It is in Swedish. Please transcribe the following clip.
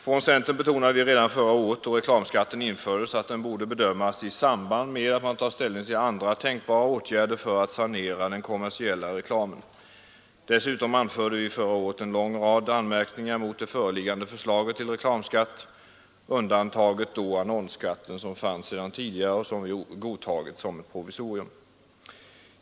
Från centern betonade vi redan förra året, då reklamskatten infördes, att den borde bedömas i samband med att man tar ställning till andra tänkbara åtgärder för att sanera den kommersiella reklamen. Dessutom anförde vi förra året en lång rad anmärkningar mot det föreliggande förslaget till reklamskatt — undantaget var annonsskatten, som fanns redan tidigare och som vi godtagit som ett provisorium.